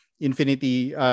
Infinity